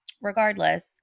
Regardless